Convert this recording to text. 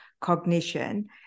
cognition